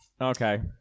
Okay